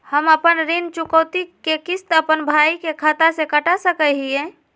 हम अपन ऋण चुकौती के किस्त, अपन भाई के खाता से कटा सकई हियई?